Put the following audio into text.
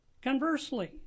Conversely